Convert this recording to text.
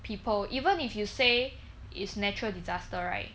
people even if you say is natural disaster right